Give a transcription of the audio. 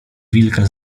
wilka